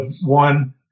one